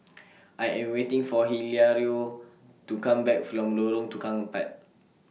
I Am waiting For Hilario to Come Back from Lorong Tukang Empat